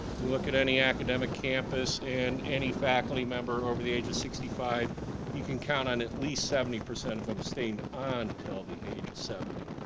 you look at any academic campus and any faculty member over the age of sixty five you can count on at least seventy percent of them staying on til the age of seventy.